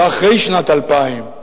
ואנחנו אחרי שנת 2000,